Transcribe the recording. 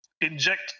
inject